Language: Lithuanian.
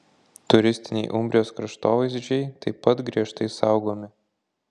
turistiniai umbrijos kraštovaizdžiai taip pat griežtai saugomi